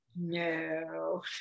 No